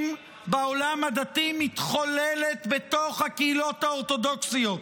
בעולם הדתי מתחוללת בתוך הקהילות האורתודוקסיות,